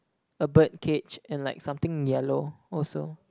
a bird cage and like something yellow also